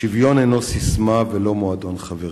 השוויון אינו ססמה ולא מועדון חברים,